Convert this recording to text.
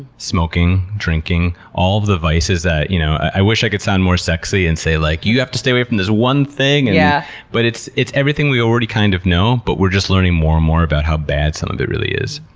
smoking, drinking, all of the vices that, you know i wish i could sound more sexy and say like, you have to stay away from this one thing! yeah but it's it's everything we already kind of know, but we're just learning more and more about how bad some of it really is.